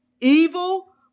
evil